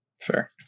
Fair